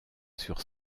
sur